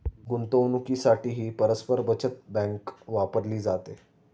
गुंतवणुकीसाठीही परस्पर बचत बँक वापरली जाते